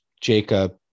Jacob